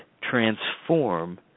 transform